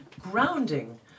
grounding